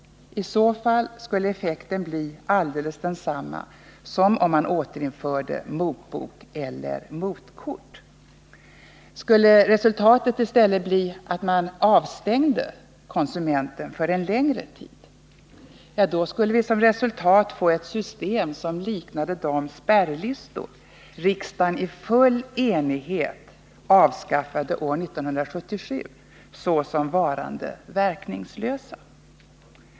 I så fall skulle effekten bli alldeles densamma som om man återinförde motbok eller motkort. Skulle resultatet i stället bli att man avstängde konsumenten för en längre tid, skulle resultatet bli ett system som liknade de spärrlistor riksdagen i full enighet avskaffade år 1977 såsom varande verkningslösa.